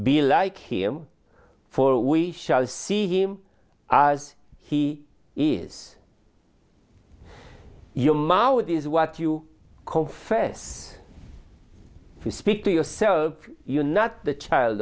be like him for we shall see him as he is your mouth is what you confess to speak to yourself you not the child